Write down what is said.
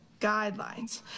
guidelines